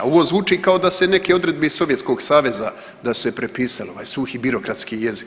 Ovo zvuči kao da se neke odredbe iz Sovjetskog saveza da su se prepisale, ovaj suhi birokratski jezik.